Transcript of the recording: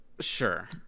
Sure